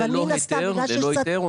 ואלו עבודות ללא היתר?